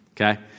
Okay